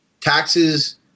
Taxes